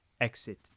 exit